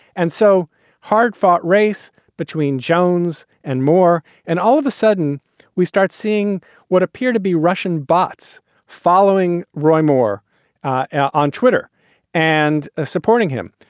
and so hard fought race between jones and moore. and all of a sudden we start seeing what appear to be russian bots following roy moore on twitter and ah supporting him.